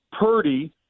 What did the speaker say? Purdy